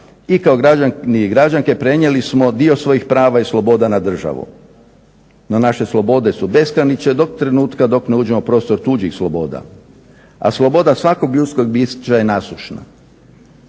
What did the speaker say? i kao građani i građanke prenijeli smo dio svojih prava i sloboda na državu, no naše slobode su bezgranične do trenutka dok ne uđemo u prostor tuđih sloboda, a sloboda svakog ljudskog bića je nasušna.